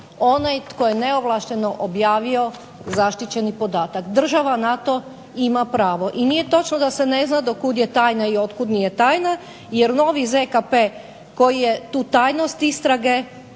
one tko je neovlašteno objavio zaštićeni podatak, država na to ima pravo i nije točno da se ne zna do kuda je tajna i otkud nije tajna, jer novi ZKP koji je tu tajnost istrage